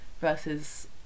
versus